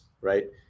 right